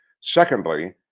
Secondly